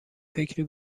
فکری